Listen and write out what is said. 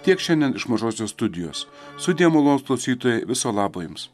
tiek šiandien iš mažosios studijos sudie malonūs klausytojai viso labo jums